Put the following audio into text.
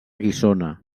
guissona